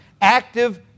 Active